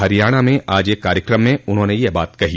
हरियाणा में आज एक कार्यक्रम में उन्होंने यह बात कही